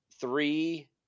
three